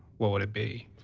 what would it be?